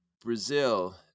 Brazil